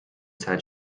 zeit